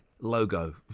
logo